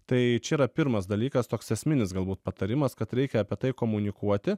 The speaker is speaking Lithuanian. tai čia yra pirmas dalykas toks esminis galbūt patarimas kad reikia apie tai komunikuoti